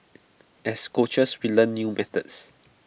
as coaches we learn new methods